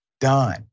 done